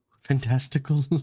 Fantastical